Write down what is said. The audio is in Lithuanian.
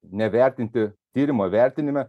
nevertinti tyrimo vertinime